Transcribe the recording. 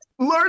Learn